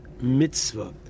mitzvah